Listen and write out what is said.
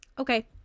Okay